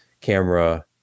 camera